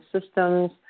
systems